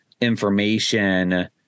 information